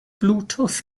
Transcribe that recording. bluetooth